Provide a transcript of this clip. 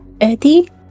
Eddie